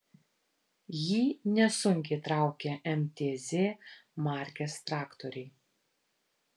jį nesunkiai traukia mtz markės traktoriai